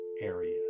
area